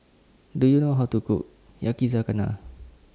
Do YOU know How to Cook Yakizakana